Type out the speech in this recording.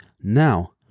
Now